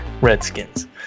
Redskins